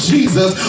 Jesus